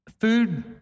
food